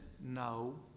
No